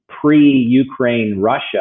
pre-Ukraine-Russia